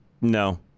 no